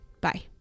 Bye